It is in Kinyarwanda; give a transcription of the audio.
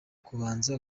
kubanza